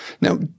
Now